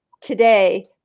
today